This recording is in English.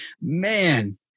Man